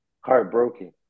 Heartbroken